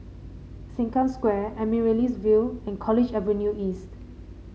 Sengkang Square Amaryllis Ville and College Avenue East